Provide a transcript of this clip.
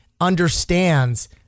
understands